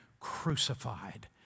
crucified